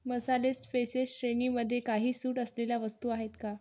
मसाले स्पेसेस श्रेणीमधे काही सूट असलेल्या वस्तू आहेत का